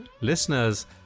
listeners